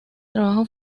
trabajo